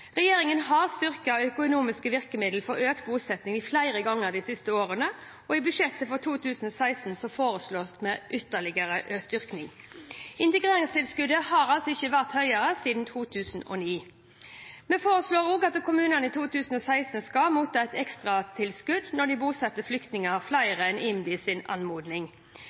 Regjeringen har styrket de økonomiske virkemidlene for økt bosetting flere ganger de siste årene, og i budsjettet for 2016 foreslår vi ytterligere styrkinger. Integreringstilskuddet har ikke vært høyere siden 2009. Vi foreslår også at kommunene i 2016 skal motta et ekstratilskudd når de bosetter flere flyktninger enn IMDis anmodning. Vi har også foreslått å styrke IMDi